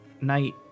night